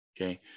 Okay